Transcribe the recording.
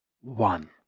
one